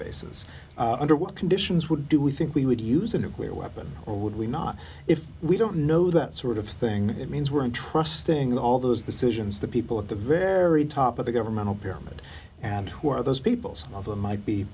bases under what conditions would do we think we would use a nuclear weapon or would we not if we don't know that sort of thing it means we're entrusting all those decisions the people at the very top of the governmental pyramid and who are those peoples of them might be